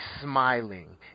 smiling